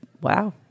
wow